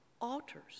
Altars